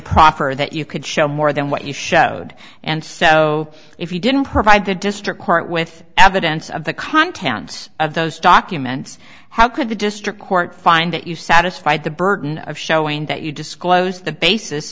proper that you could show more than what you showed and so if you didn't provide the district court with evidence of the contents of those documents how could the district court find that you've satisfied the burden of showing that you disclose the basis